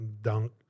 dunk